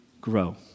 grow